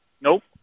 Nope